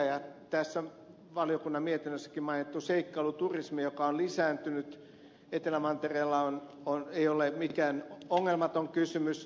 ja tässä valiokunnan mietinnössäkin mainittu seikkailuturismi joka on lisääntynyt etelämantereella ei ole mikään ongelmaton kysymys